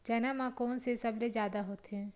चना म कोन से सबले जादा होथे?